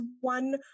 one